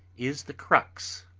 is the crux.